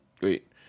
Wait